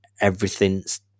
everything's